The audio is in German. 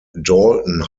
dalton